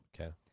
Okay